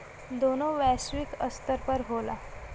दोनों वैश्विक स्तर पर होला